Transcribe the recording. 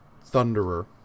thunderer